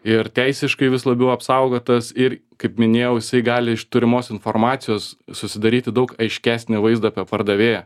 ir teisiškai vis labiau apsaugotas ir kaip minėjau jisai gali iš turimos informacijos susidaryti daug aiškesnį vaizdą apie pardavėją